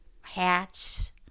hats